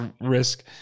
risk